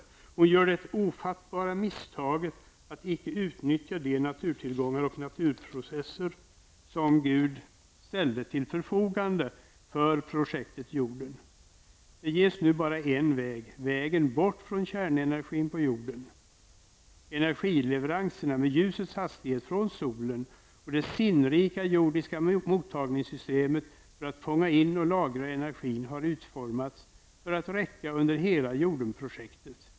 Hon gör det ofattbara misstaget att inte utnyttja de naturtillgångar och naturprocesser som Gud ställde till förfogande för projektet Jorden. Det ges nu bara en väg -- vägen bort från kärnenergin på jorden. Energileveranserna med -- ljusets hastiget -- från solen och det sinnrika jordiska mottagningssystemet för att fånga in och lagra energin har utformats för att räcka under hela Jordenprojektet.